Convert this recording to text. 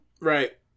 Right